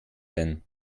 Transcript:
denn